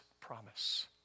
promise